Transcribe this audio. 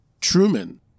Truman